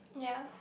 ya